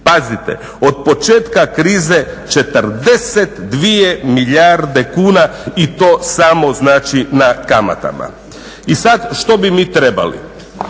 si od početka krize 42 milijarde kuna i to samo znači na kamatama. I sad što bi mi trebali?